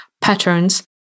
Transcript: patterns